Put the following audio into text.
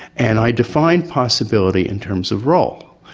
and i define possibility in terms of role.